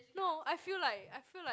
no I feel like I feel like